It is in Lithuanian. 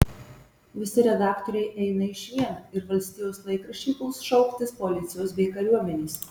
visi redaktoriai eina išvien ir valstijos laikraščiai puls šauktis policijos bei kariuomenės